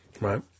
right